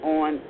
on